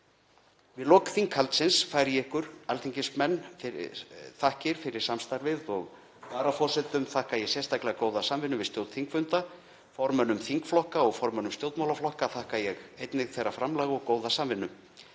Við lok þinghaldsins færi ég ykkur, alþingismenn, þakkir fyrir samstarfið og varaforsetum þakka ég sérstaklega góða samvinnu við stjórn þingfunda. Formönnum þingflokka og formönnum stjórnmálaflokka þakka ég einnig þeirra framlag og góða samvinnu.